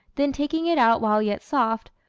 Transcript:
then taking it out while yet soft,